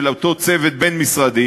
של אותו צוות בין-משרדי,